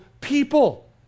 people